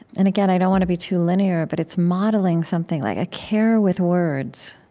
and again, i don't want to be too linear but it's modeling something like a care with words